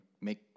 make